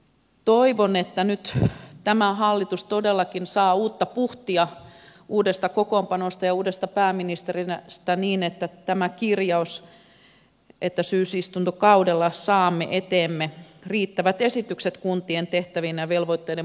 toivon että nyt tämä hallitus todellakin saa uutta puhtia uudesta kokoonpanosta ja uudesta pääministeristä niin että toteutuu tämä kirjaus että syysistuntokaudella saamme eteemme riittävät esitykset kuntien tehtävien ja velvoitteiden purkamisesta